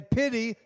pity